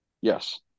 Yes